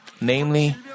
Namely